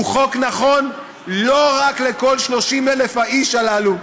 הוא חוק נכון לא רק לכל 30,000 האיש הללו,